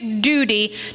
duty